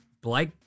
Blake